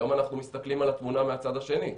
היום אנחנו מסתכלים על התמונה מהצד השני.